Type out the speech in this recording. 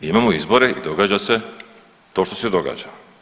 Imamo izbore i događa se to što se događa.